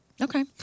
Okay